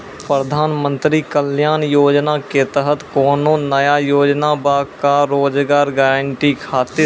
प्रधानमंत्री कल्याण योजना के तहत कोनो नया योजना बा का रोजगार गारंटी खातिर?